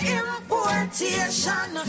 importation